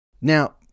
Now